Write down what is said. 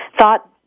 thought